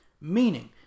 Meaning